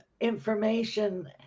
information